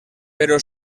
però